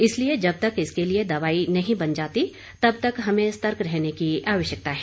इसलिए जब तक इसके लिए दवाई नहीं बन जाती तब तक हमें सतर्क रहने की आवश्यकता है